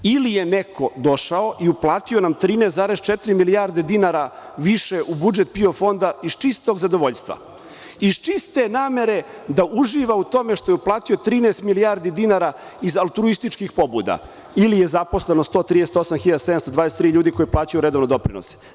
Ili je neko došao i uplatio nam 13,4 milijarde dinara više u budžet PIO fonda iz čistog zadovoljstva, iz čiste namere da uživa u tome što je uplatio 13 milijardi dinara auturističkih pobuda ili je zaposleno 128.723 ljudi koji plaćaju redovno doprinose.